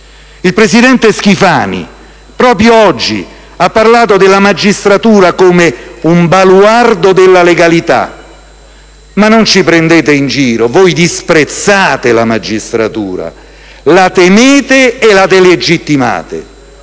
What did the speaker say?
Il presidente Schifani proprio oggi ha parlato della magistratura come un baluardo della legalità; ma non ci prendete in giro: voi disprezzate la magistratura, la temete e la delegittimate.